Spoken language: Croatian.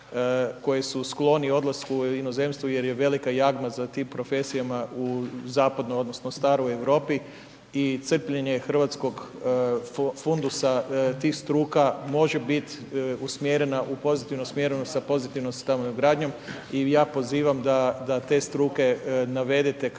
koji su skloni odlasku u inozemstvo jer je velika jagma za tim profesijama u zapadnoj odnosno staroj Europi i crpljenje hrvatskog fondusa tih struka može bit usmjerena u pozitivnom smjeru, sa pozitivnom stanogradnjom i ja pozivam da te struke navedete kao